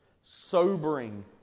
sobering